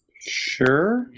Sure